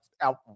out